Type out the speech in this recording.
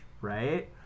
right